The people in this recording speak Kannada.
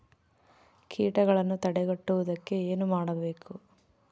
ಕೇಟಗಳನ್ನು ತಡೆಗಟ್ಟುವುದಕ್ಕೆ ಏನು ಮಾಡಬೇಕು?